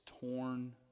torn